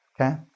Okay